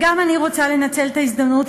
גם אני רוצה לנצל את ההזדמנות,